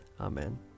Amen